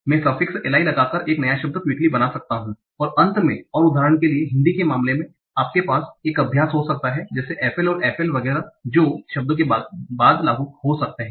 मैं suffix l y लगाकर एक नया शब्द quickly बना सकता हूं अंत में और उदाहरण के लिए हिंदी के मामले में आपके पास यह अभ्यास हो सकता है जैसे FL और FL वगैरह जो शब्दों के बाद लागू हो सकते हैं